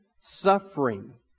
suffering